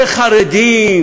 וחרדים